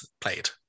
played